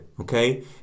okay